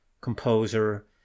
composer